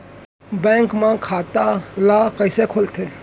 Bank म खाता ल कइसे खोलथे?